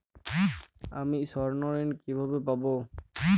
আমি স্বর্ণঋণ কিভাবে পাবো?